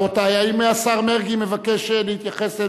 רבותי, האם השר מרגי מבקש להתייחס?